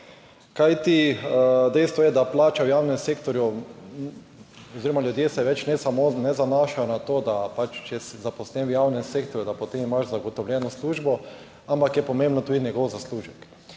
je, da plače v javnem sektorju oziroma ljudje se več ne samo ne zanašajo na to, da če si zaposlen v javnem sektorju, da potem imaš zagotovljeno službo, ampak je pomemben tudi njegov zaslužek.